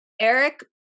Eric